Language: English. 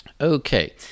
Okay